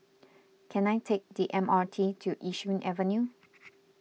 can I take the M R T to Yishun Avenue